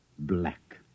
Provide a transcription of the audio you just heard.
Black